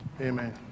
Amen